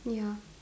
ya